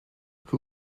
who